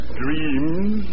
dreams